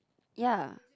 ya